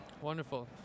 Wonderful